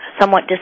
somewhat